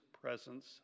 presence